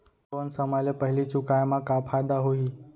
Loan समय ले पहिली चुकाए मा का फायदा होही?